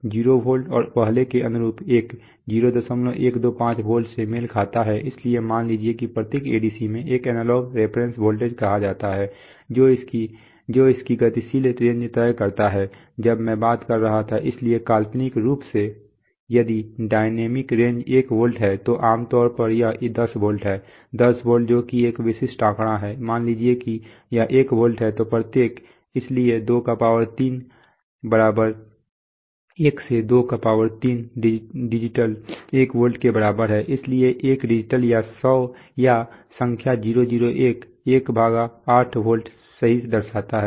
0 volt और पहले के अनुरूप एक 0125 वोल्ट से मेल खाता है इसलिए मान लीजिए कि प्रत्येक ADC में एक एनालॉग रेफरेंस वोल्टेज कहा जाता है जो इसकी गतिशील रेंज तय करता है जब मैं बात कर रहा था इसलिए काल्पनिक रूप से यदि डायनेमिक रेंज 1 वोल्ट है तो आम तौर पर यह 10 वोल्ट है 10 वोल्ट जो कि एक विशिष्ट आंकड़ा है मान लीजिए कि यह 1 वोल्ट है तो प्रत्येक इसलिए 231 तो 1 23 डिजिटल 1 वोल्ट के बराबर है इसलिए 1 डिजिटल या संख्या 001 18 वोल्ट सही दर्शाता है